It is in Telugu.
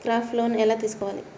క్రాప్ లోన్ ఎలా తీసుకోవాలి?